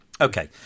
Okay